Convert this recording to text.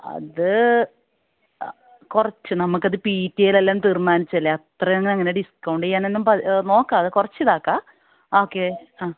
അത് കുറച്ച് നമുക്ക് അത് പിറ്റിഎ എല്ലാം തീരുമാനിച്ചത് അല്ലേ അത്രയങ്ങനെ ഡിസ്കൗണ്ട് ചെയ്യാൻ ഒന്നും നോക്കാം അത് കുറച്ച് ഇതാക്കാം ഒക്കെ ആ